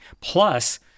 Plus